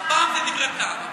הפעם זה דברי טעם.